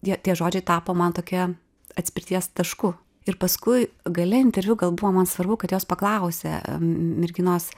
tie tie žodžiai tapo man tokia atspirties tašku ir paskui gale interviu gal buvo man svarbu kad jos paklausė merginos